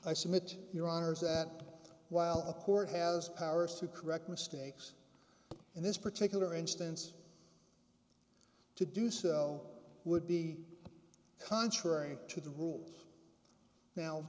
i submit your honor is that while a court has powers to correct mistakes in this particular instance to do so would be contrary to the rule now